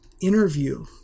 interview